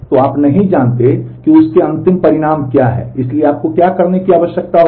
तो आप नहीं जानते कि उस के अंतिम परिणाम क्या हैं इसलिए आपको क्या करने की आवश्यकता होगी